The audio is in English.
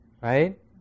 right